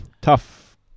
tough